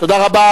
תודה רבה.